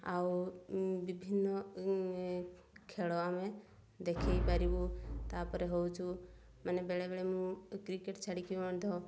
ଆଉ ବିଭିନ୍ନ ଖେଳ ଆମେ ଦେଖାଇ ପାରିବୁ ତା'ପରେ ହେଉଛୁ ମାନେ ବେଳେବେଳେ ମୁଁ କ୍ରିକେଟ ଛାଡ଼ିକି ମଧ୍ୟ